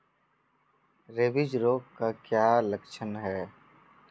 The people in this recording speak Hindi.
रेबीज रोग के क्या लक्षण है?